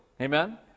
Amen